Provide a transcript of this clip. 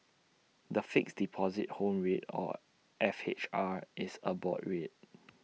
the Fixed Deposit Home Rate or F H R is A board rate